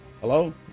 Hello